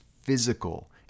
physical